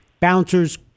Bouncers